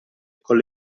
con